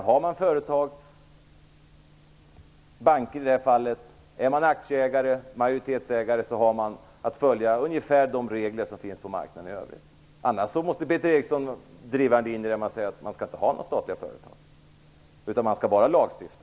Har man företag, banker i det här fallet, och är man aktieägare och majoritetsägare har man att följa ungefär de regler som finns på marknaden i övrigt. Annars måste Peter Eriksson driva linjen att man inte skall ha några statliga företag, utan staten skall enbart lagstifta.